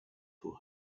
for